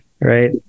right